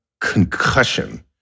concussion